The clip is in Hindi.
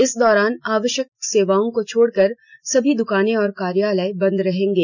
इस दौरान आवश्यक सेवाओं को छोड़कर सभी दुकानें और कार्यालय बंद रहेंगे